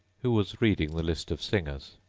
who was reading the list of singers.